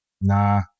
nah